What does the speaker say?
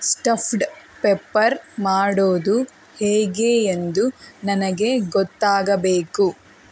stuffed pepper ಮಾಡೋದು ಹೇಗೆ ಎಂದು ನನಗೆ ಗೊತ್ತಾಗಬೇಕು